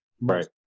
right